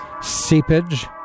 seepage